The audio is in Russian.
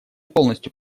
полностью